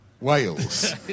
Wales